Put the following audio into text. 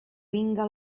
vinga